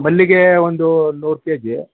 ಮಲ್ಲಿಗೆ ಒಂದು ನೂರು ಕೆ ಜಿ